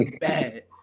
bad